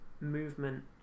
movement